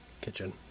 kitchen